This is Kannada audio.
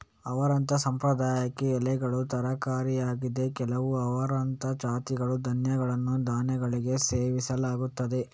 ಅಮರಂಥ್ ಸಾಂಪ್ರದಾಯಿಕ ಎಲೆಗಳ ತರಕಾರಿಯಾಗಿದ್ದು, ಕೆಲವು ಅಮರಂಥ್ ಜಾತಿಗಳ ಧಾನ್ಯಗಳನ್ನು ಧಾನ್ಯಗಳಾಗಿ ಸೇವಿಸಲಾಗುತ್ತದೆ